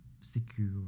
secure